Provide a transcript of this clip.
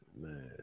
Man